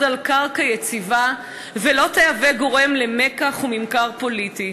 על קרקע יציבה ולא תהווה גורם למיקח וממכר פוליטי.